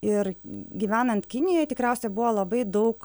ir gyvenant kinijoj tikriausia buvo labai daug